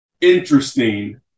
interesting